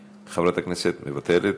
מוותרת,